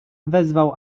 wezwał